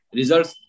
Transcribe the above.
results